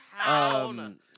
town